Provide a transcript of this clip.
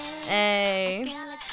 Hey